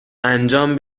انجام